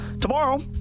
Tomorrow